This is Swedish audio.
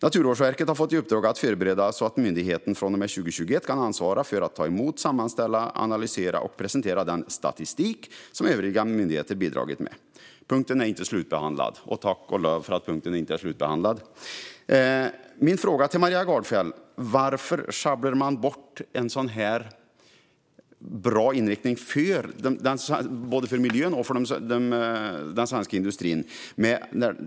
Naturvårdsverket har fått i uppdrag att förbereda så att myndigheten fr.o.m. 2021 kan ansvara för att ta emot, sammanställa, analysera och presentera den statistik som övriga myndigheter bidragit med. Punkten är inte slutbehandlad." Tack och lov för att punkten inte är slutbehandlad! Min fråga till Maria Gardfjell är: Varför sjabblade man bort en sådan här bra inriktning både för miljön och för den svenska industrin?